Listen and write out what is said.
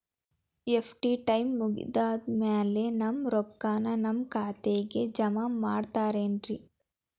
FD time ಮುಗಿದಾದ್ ಮ್ಯಾಲೆ ನಮ್ ರೊಕ್ಕಾನ ನಮ್ ಖಾತೆಗೆ ಜಮಾ ಮಾಡ್ತೇರೆನ್ರಿ?